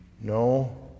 No